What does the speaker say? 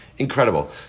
Incredible